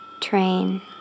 train